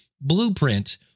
blueprint